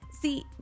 See